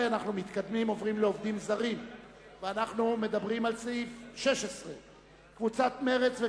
הואיל וכך, אין יותר הסתייגויות לסעיף 13. הצבעה.